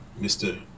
Mr